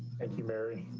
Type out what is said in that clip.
thank you mary.